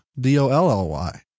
D-O-L-L-Y